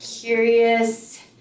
curious